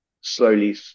slowly